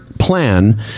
plan